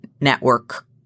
network